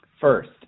First